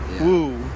woo